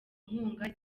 nkunga